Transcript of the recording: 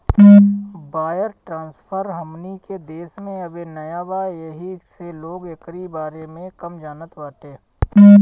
wire transfer हमनी के देश में अबे नया बा येही से लोग एकरी बारे में कम जानत बाटे